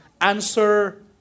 answer